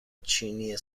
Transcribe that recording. چینی